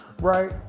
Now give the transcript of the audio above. right